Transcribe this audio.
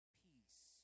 peace